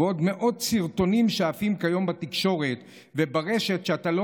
עוד מאות סרטונים עפים כיום בתקשורת וברשת שאתה לא